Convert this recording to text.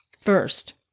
First